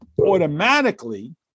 automatically